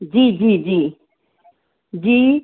जी जी जी जी